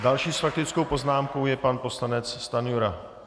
Další s faktickou poznámkou je pan poslanec Stanjura.